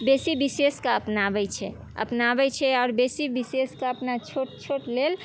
बेसी विशेषके अपनाबै छै अपनाबै छै आओर बेसी विशेषके अपना छोट छोट लेल